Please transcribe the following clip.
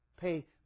pay